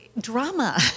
drama